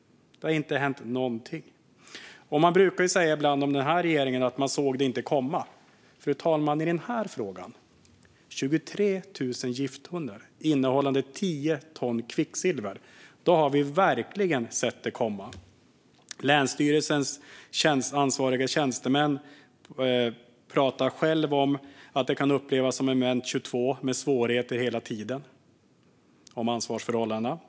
Det brukar ju heta ibland om den här regeringen att man såg det inte komma. I den här frågan, fru talman, om 23 000 gifttunnor innehållande tio ton kvicksilver har vi verkligen sett det komma. Länsstyrelsens ansvariga tjänstemän pratar om att det kan upplevas som ett moment 22 med svårigheter hela tiden när det gäller ansvarsförhållandena.